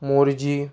Morjim